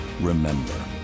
remember